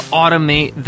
automate